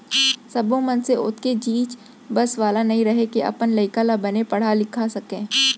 सब्बो मनसे ओतेख चीज बस वाला नइ रहय के अपन लइका ल बने पड़हा लिखा सकय